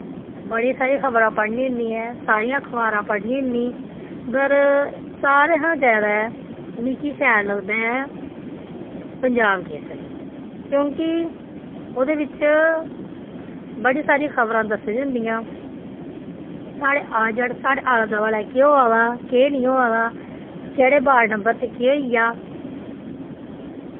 बड़ियां सारियां खबरां पढ़नी होन्नी ऐ सारियां अखबारां पढ़नी होन्नी पर सारें शा जैदा मिगी शैल लगदा ऐ पंजाब केसरी क्योंकि ओह्दे बिच्च बड़ी सारी खबरां दस्सी दियां होंदियां साढ़े आ जाड़े साढ़े आले दोआले केह् होआ दा केह् नेईं होआ दा केह्ड़े बार्ड नंबर च केह् होई गेआ